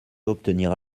obtenir